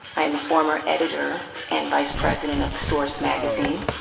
i'm a former editor and vice president of source magazine.